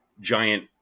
giant